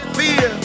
fear